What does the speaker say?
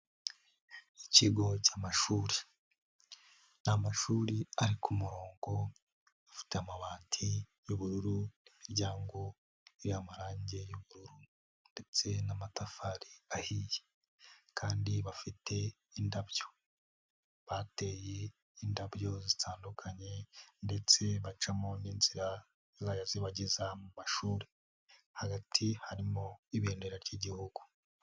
Ikigo cy'amashuri, ni amashuri ari ku murongo, afite amabati y'ubururu n'imiryango iriho amarangi y'ubururu ndetse n'amatafari ahiye, kandi bafite indaby,o bateye indabyo zitandukanye ndetse bacamo n'inzira zizajya zibageza mu mashuri, hagati harimo ibendera ry'Igihugu.